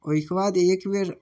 ओहिके बाद एकबेर